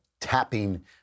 tapping